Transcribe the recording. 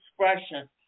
expression